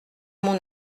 mon